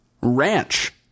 ranch